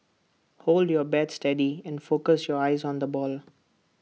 hold your bat steady and focus your eyes on the ball